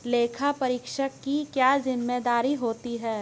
लेखापरीक्षक की क्या जिम्मेदारी होती है?